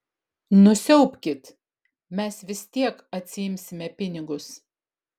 nusiaubkit mes vis tiek atsiimsime pinigus